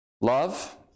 Love